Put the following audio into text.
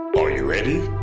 are you ready?